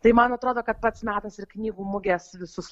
tai man atrodo kad pats metas ir knygų mugės visus